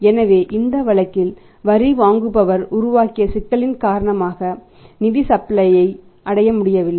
எனவே இந்த வழக்கில் வரி வாங்குபவர் உருவாக்கிய சிக்கலின் காரணமாக நிதி சப்ளையர்ஐ அடையமுடியவில்லை